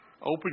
Open